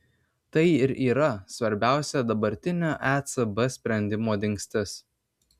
tai ir yra svarbiausia dabartinio ecb sprendimo dingstis